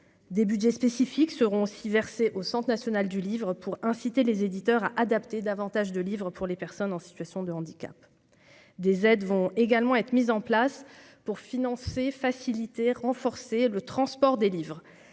des Budgets spécifiques seront aussi versés au Centre national du livre, pour inciter les éditeurs à adapter davantage de livres pour les personnes en situation de handicap des aides vont également être mises en place pour financer renforcer le transport des livres,